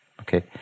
okay